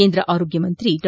ಕೇಂದ್ರ ಆರೋಗ್ಯ ಸಚಿವ ಡಾ